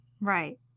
Right